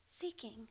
seeking